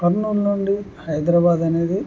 కర్నూలు నుండి హైదరాబాద్ అనేది